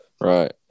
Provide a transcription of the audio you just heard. right